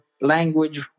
language